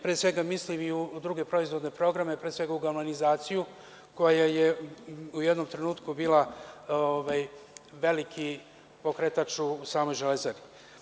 Pre svega mislim u druge proizvodne programe, a pre svega u galvanizaciju, koja je u jednom trenutku bila veliki pokretač u samoj Železari.